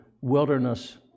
wilderness